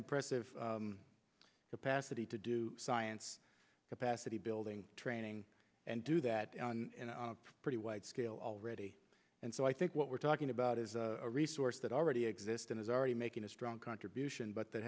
impressive capacity to do science capacity building training and do that pretty wide scale already and so i think what we're talking about is a resource that already exists and is already making a strong contribution but that